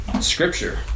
Scripture